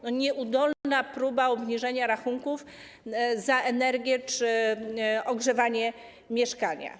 Nieudolna próba obniżenia rachunków za energię czy ogrzewanie mieszkania.